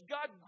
God